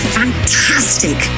fantastic